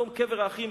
מקום קבר האחים,